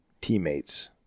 teammates